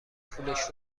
پولش